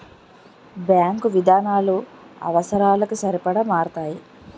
bank విధానాలు అవసరాలకి సరిపడా మారతాయి